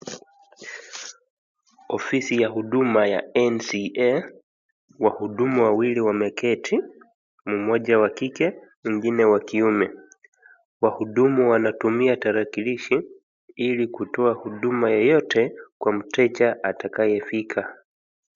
Ofisi ya huduma ya NCA, wahudumu wawili wameketi. Mmoja wa kike, mwingine wa kiume. Wahudumu wanatumia tarakilishi ili kutoa huduma yeyote kwa mteja atakayefika.